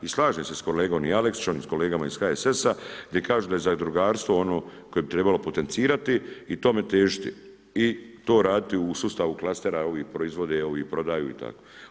I slažem se s kolegom Aleksićem i kolegama iz HSS-a gdje kažu da je zadrugarstvo ono koje bi trebalo potencirati i tome težiti i to raditi u sustavu klastera ovi proizvode, ovi prodaju i tako.